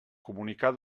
comunicar